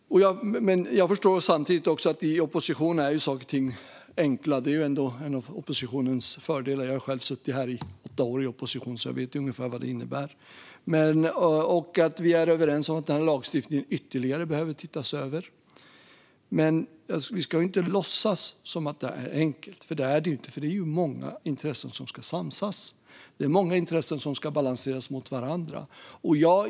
Men jag vet att i opposition är saker och ting enkla, och det är en av fördelarna med att vara i opposition. Jag har själv suttit åtta år i opposition och vet vad det innebär. Vi är överens om att lagstiftningen behöver ses över ytterligare. Men låt oss inte låtsas att det här är enkelt, för det är det inte. Det är många intressen som ska samsas och balanseras mot varandra.